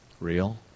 real